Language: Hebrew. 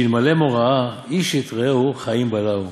שאלמלא מוראה, איש את רעהו חיים בלעו.